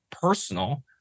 personal